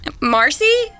Marcy